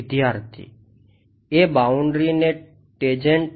વિદ્યાર્થી એ બાઉન્ડ્રી છે